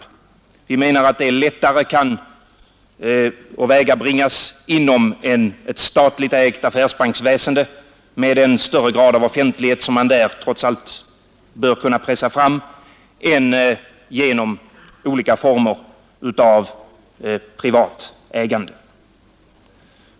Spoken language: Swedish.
Vi menar att det lättare kan åvägabringas inom ett statligt ägt affärsbanksväsende med den större grad av offentlighet, som man trots allt bör kunna pressa fram, än genom olika former av privat ägande.